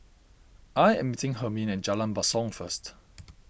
I am meeting Hermine at Jalan Basong first